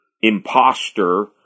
imposter